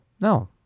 No